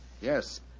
Yes